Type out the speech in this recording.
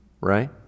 Right